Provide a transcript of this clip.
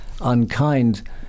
unkind